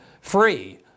free